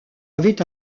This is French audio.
avait